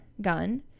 gun